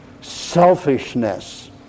Selfishness